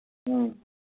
ꯎꯝ